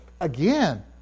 again